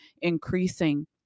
increasing